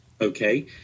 Okay